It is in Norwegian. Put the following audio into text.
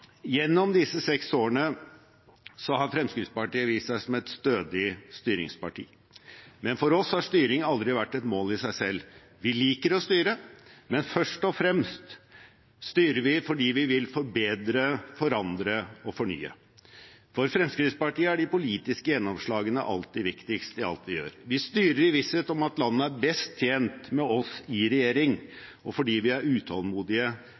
Gjennom disse seks årene har Fremskrittspartiet vist seg om et stødig styringsparti. Men for oss har styring aldri vært et mål i seg selv. Vi liker å styre, men først og fremst styrer vi fordi vi vil forbedre, forandre og fornye. For Fremskrittspartiet er de politiske gjennomslagene alltid viktigst, i alt vi gjør. Vi styrer i visshet om at landet er best tjent med oss i regjering, og fordi vi er utålmodige